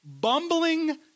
bumbling